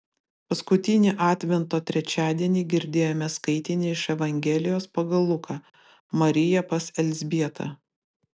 paskutinį advento trečiadienį girdėjome skaitinį iš evangelijos pagal luką marija pas elzbietą